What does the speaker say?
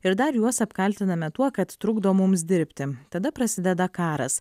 ir dar juos apkaltiname tuo kad trukdo mums dirbti tada prasideda karas